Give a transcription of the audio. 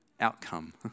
outcome